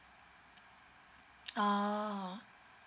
oh